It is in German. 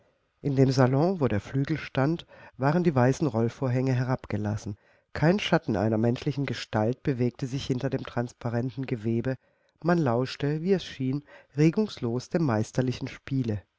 in dem salon wo der flügel stand waren die weißen rollvorhänge herabgelassen kein schatten einer menschlichen gestalt bewegte sich hinter dem transparenten gewebe man lauschte wie es schien regungslos dem meisterlichen spiele